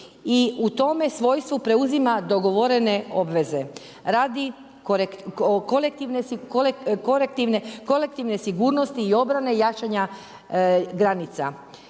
i u tome svojstvu preuzima dogovorene obveze radi kolektivne sigurnosti i obrane jačanja granica,